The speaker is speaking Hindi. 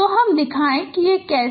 तो हम दिखाएंगे कि कैसे